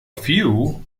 few